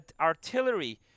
artillery